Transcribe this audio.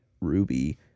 Ruby